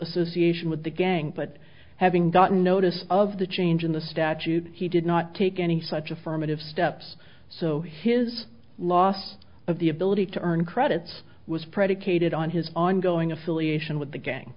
association with the gang but having gotten notice of the change in the statute he did not take any such affirmative steps so his loss of the ability to earn credits was predicated on his ongoing affiliation with the gang